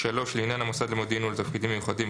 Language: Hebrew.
לעניין המוסד למודיעין ולתפקידים מיוחדים,